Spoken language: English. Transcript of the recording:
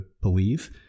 believe